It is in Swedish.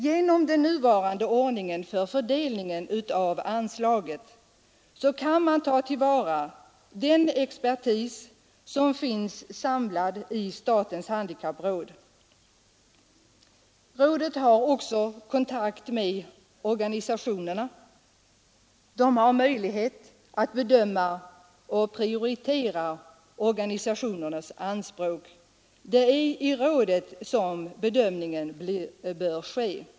Genom den nuvarande ordningen för fördelningen av anslaget till handikapporganisationerna kan man ta till vara den expertis som finns samlad i statens handikappråd. Rådet har samarbete och kontakt med organisationerna och har möjlighet att bedöma och prioritera organisationernas anspråk. Det är i rådet som bedömningen bör ske.